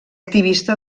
activista